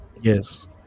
Yes